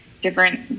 different